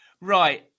Right